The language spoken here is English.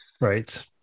right